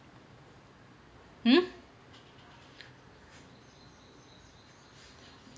hmm